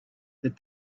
that